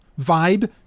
vibe